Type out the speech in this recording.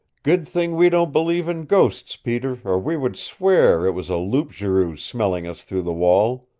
good thing we don't believe in ghosts, peter, or we would swear it was a loup-garou smelling us through the wall!